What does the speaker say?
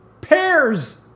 Pears